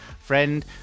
friend